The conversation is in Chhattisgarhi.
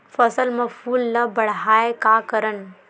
फसल म फूल ल बढ़ाय का करन?